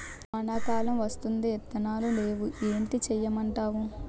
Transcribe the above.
వానా కాలం వత్తాంది ఇత్తనాలు నేవు ఏటి సేయమంటావు